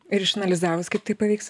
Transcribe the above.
ir išanalizavus kaip tai pavyks